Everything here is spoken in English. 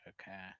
Okay